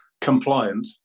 compliant